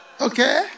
Okay